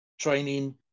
training